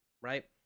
right